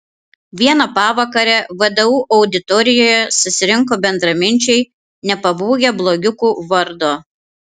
vieną pavakarę vdu auditorijoje susirinko bendraminčiai nepabūgę blogiukų vardo